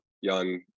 young